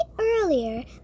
earlier